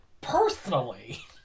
Personally